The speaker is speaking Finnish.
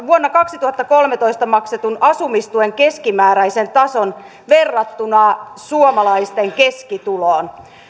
vuonna kaksituhattakolmetoista maksetun asumistuen keskimääräistä tasoa verrattuna suomalaisten keskituloon